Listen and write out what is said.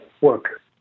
work